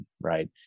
right